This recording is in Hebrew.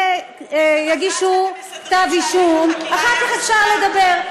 יגישו כתב אישום, אחר כך אפשר לדבר.